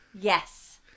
Yes